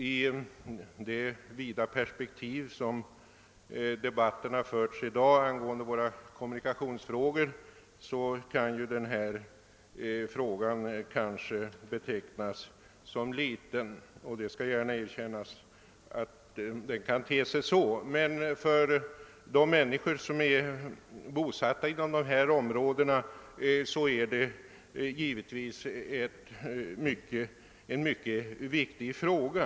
I det vida perspektiv som kännetecknat dagens debatt angående kommunikationsfrågorna kan denna fråga kanske betecknas som liten det skall gärna erkännas — men för de människor som det här gäller är detta givetvis en mycket viktig fråga.